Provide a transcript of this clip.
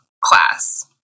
class